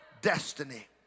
destiny